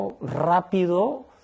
rápido